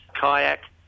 kayak